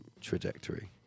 trajectory